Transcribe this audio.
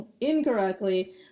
incorrectly